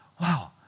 Wow